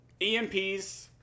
EMPs